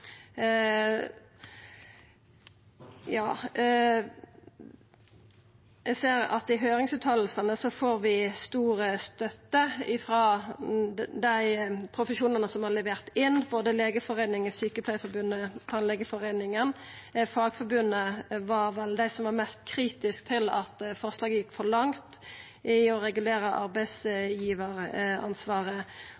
Eg ser at vi i høyringa får stor støtte frå dei profesjonane som har levert inn svar, både frå Legeforeningen, Sykepleierforbundet og Tannlegeforeningen. Fagforbundet var vel dei som var mest kritiske til at forslaget gjekk for langt i å regulera